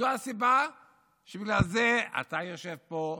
זו הסיבה שבגללה אתה יושב פה,